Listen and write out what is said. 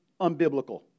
unbiblical